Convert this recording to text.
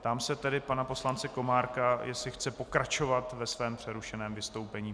Ptám se tedy pana poslance Komárka, jestli chce pokračovat ve svém přerušeném vystoupení.